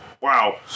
wow